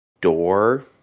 door